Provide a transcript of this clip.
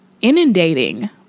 inundating